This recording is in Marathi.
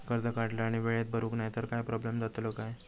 कर्ज काढला आणि वेळेत भरुक नाय तर काय प्रोब्लेम जातलो काय?